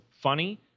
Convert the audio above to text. funny